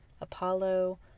Apollo